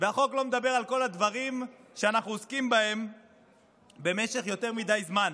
והחוק לא מדבר על כל הדברים שאנחנו עוסקים בהם במשך יותר מדי זמן.